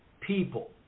people